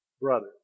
brother